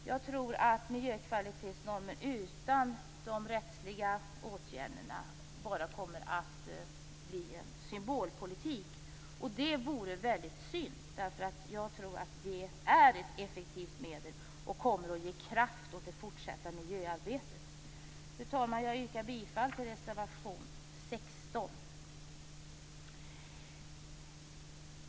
Jag tror att miljökvalitetsnormer utan rättsliga åtgärder bara blir en symbolpolitik. Det vore väldigt synd. Jag tror nämligen att de är ett effektivt medel och att de kommer att ge kraft åt det fortsatta miljöarbetet. Fru talman! Jag yrkar bifall till reservation 16.